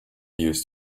used